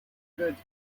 goods